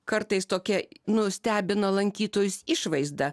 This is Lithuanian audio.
kartais tokia nu stebina lankytojus išvaizda